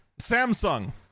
Samsung